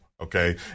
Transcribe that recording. okay